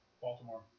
Baltimore